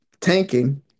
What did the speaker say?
tanking